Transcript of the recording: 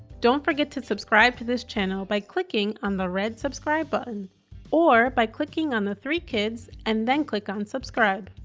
don't forget to subscribe to this channel by clicking on the red subscribe button or by clicking on the three kids and then click on subscribe.